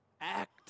act